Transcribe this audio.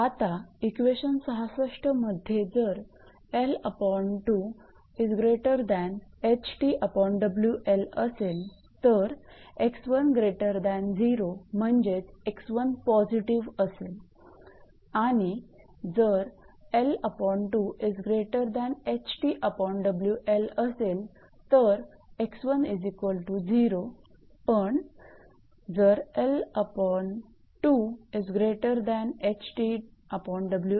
आता इक्वेशन 66 मध्ये जर असेल तर 𝑥10 म्हणजेच 𝑥1 पॉझिटिव्ह असेल आणि जर असेल तर 𝑥10 पण जर तर 𝑥1 निगेटिव्ह असेल